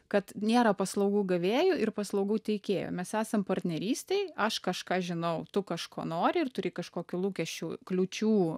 kad nėra paslaugų gavėjo ir paslaugų teikėjo mes esam partnerystėj aš kažką žinau tu kažko nori ir turi kažkokių lūkesčių kliūčių